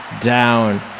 down